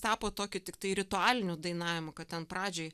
tapo tokiu tiktai ritualiniu dainavimu kad ten pradžioj